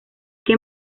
que